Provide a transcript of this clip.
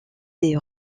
des